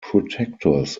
protectors